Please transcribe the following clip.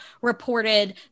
reported